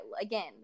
again